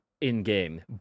In-game